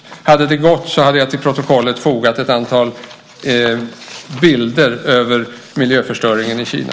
Om det hade gått hade jag till protokollet fogat ett antal bilder om miljöförstöringen i Kina.